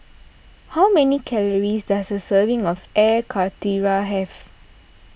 how many calories does a serving of Air Karthira have